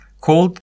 called